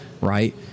Right